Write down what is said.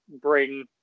bring